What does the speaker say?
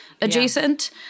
adjacent